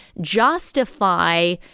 justify